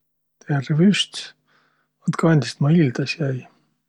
Olkõq hääq, lõigakõq ilma randildaq. Mullõ seo randiga lõikaminõ ei istuq.